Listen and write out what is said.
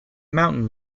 mountain